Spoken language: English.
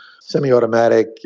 semi-automatic